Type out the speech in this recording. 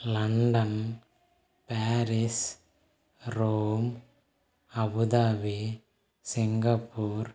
London Paris Rome Abu Dhabi Singapore